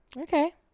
okay